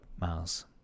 Miles